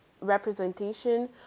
representation